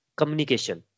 communication